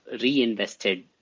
reinvested